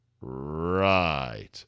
Right